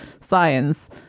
science